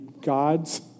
God's